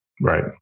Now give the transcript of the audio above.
right